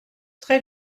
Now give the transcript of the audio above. très